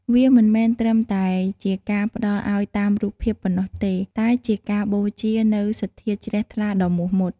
វាមិនមែនត្រឹមតែជាការផ្ដល់ឱ្យតាមរូបភាពប៉ុណ្ណោះទេ តែជាការបូជានូវសទ្ធាជ្រះថ្លាដ៏មុតមាំ។